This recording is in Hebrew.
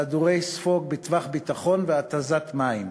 כדורי ספוג בטווח ביטחון והתזת מים.